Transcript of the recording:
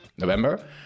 November